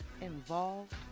Involved